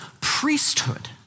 priesthood